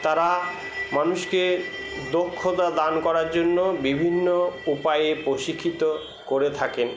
তারা মানুষকে দক্ষতা দান করার জন্য বিভিন্ন উপায়ে প্রশিক্ষিত করে থাকেন